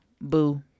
boo